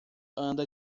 anda